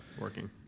working